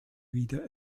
wieder